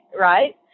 right